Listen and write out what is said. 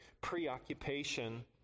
preoccupation